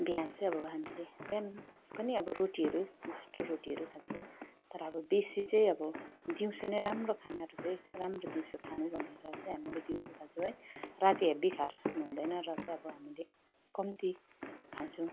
बिहान चाहिँ अब हामीले बिहान पनि अब रोटीहरू त्यो रोटीहरू खान्छौँ तर अब बेसी चाहिँ अब दिउँसो नै राम्रो खानाहरू चाहिँ राम्रो दिउँसो खानु भनेर चाहिँ हामीले दिउँसो खान्छौँ है राति हेबी खाएर सुत्नुहुँदैन र चाहिँ अब हामीले कम्ती खान्छौँ